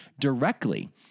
directly